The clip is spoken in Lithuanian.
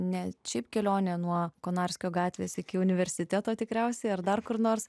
ne šiaip kelionė nuo konarskio gatvės iki universiteto tikriausiai ar dar kur nors